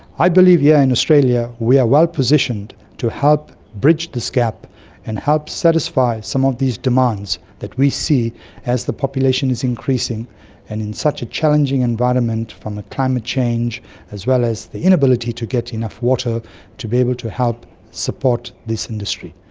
i believe here yeah in australia we are well positioned to help bridge this gap and help satisfy some of these demands that we see as the population is increasing and in such a challenging environment from climate change as well as the inability to get enough water to be able to help support this industry.